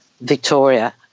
Victoria –